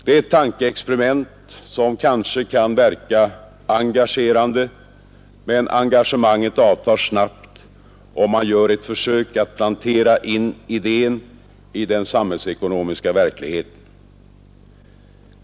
Det är ett tankeexperiment, som kanske kan verka engagerande, men engagemanget avtar snabbt, om man gör ett försök att plantera in idén i den samhällsekonomiska verkligheten.